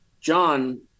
John